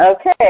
Okay